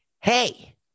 hey